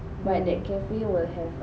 hmm